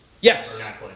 Yes